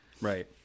Right